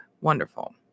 wonderful